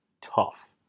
tough